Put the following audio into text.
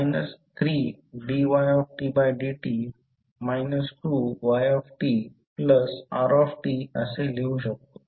आपण d2ydt2 3dytdt 2ytrt असे लिहू शकतो